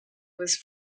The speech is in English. was